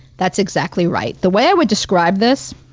that's exactly right. the way i would describe this